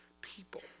people